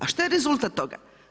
A što je rezultat toga?